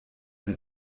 mir